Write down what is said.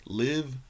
live